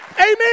Amen